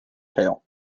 tail